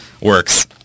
works